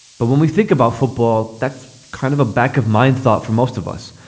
but when we think about football that's kind of a back of mind thought for most of us.